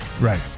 right